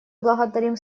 благодарим